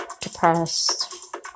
depressed